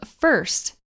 First